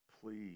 please